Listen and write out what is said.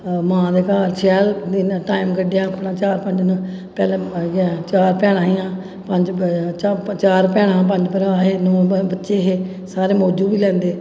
मां दे घर शैल दिन टैम कड्ढेआ अपना चार पंज न पैह्लै इ'यै चार भैनां हियां पंज चार भैनां पंज भ्राऽ हे नौ बच्चे हे सारे मौजू बी लैंदे